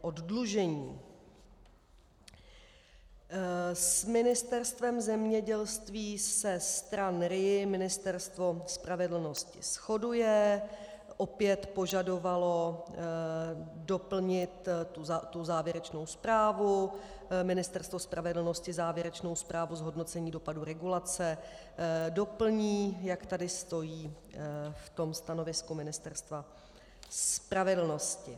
S Ministerstvem zemědělství se stran RIA Ministerstvo spravedlnosti shoduje, opět požadovalo doplnit tu závěrečnou zprávu, Ministerstvo spravedlnosti závěrečnou zprávu z hodnocení dopadu regulace doplní, jak tady stojí v tom stanovisku Ministerstva spravedlnosti.